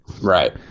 Right